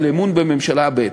אמון בממשלה ב'.